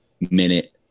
minute